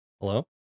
Hello